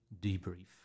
debrief